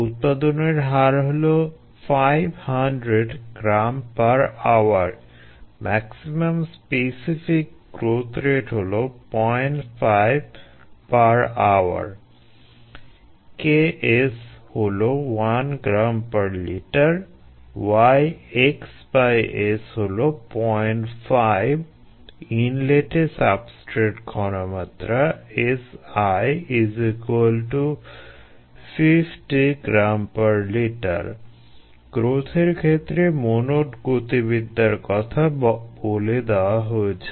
উৎপাদনের হার হলো 500 g h maximum specific growth rate হলো 05 h 1 Ks হলো 1 gl Y xS হলো 05 ইনলেটে সাবস্ট্রেট ঘনমাত্রা Si 50 gl গ্রোথের ক্ষেত্রে মনোড গতিবিদ্যার কথা বলে দেওয়া হয়েছে